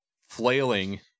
flailing